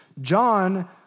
John